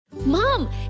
Mom